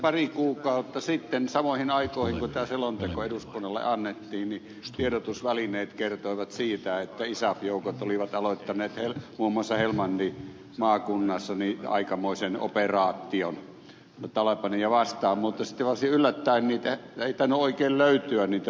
pari kuukautta sitten samoihin aikoihin kuin tämä selonteko eduskunnalle annettiin tiedotusvälineet kertoivat että isaf joukot olivat aloittaneet muun muassa helmandin maakunnassa aikamoisen operaation talebaneja vastaan mutta varsin yllättäen ei tainnut oikein löytyä niitä vihollisia sieltä